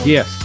Yes